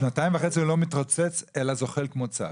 שנתיים וחצי זה לא מתרוצץ, אלא זוחל כמו צב.